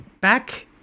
back